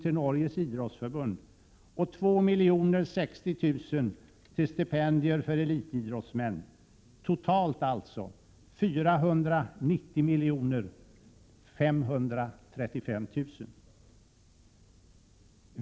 till Norges Idrettsforbund och 2 060 000 till stipendier för elitidrottsmän, totalt alltså 490 535 000 nkr.